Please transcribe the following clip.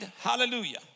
hallelujah